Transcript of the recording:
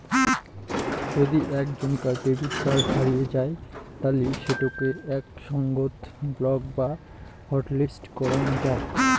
যদি আক ঝন্কার ডেবট কার্ড হারিয়ে যাই তালি সেটোকে একই সঙ্গত ব্লক বা হটলিস্ট করাং যাই